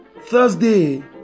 thursday